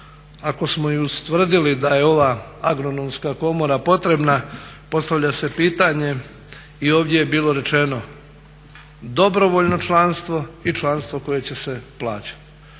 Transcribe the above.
ako smo i ustvrdili da je ova agronomska komora potrebna postavlja se pitanje i ovdje je bilo rečeno, dobrovoljno članstvo i članstvo koje će se plaćati.